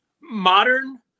Modern